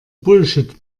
bullshit